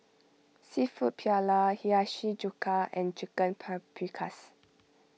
Seafood Paella Hiyashi Chuka and Chicken Paprikas